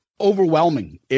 overwhelming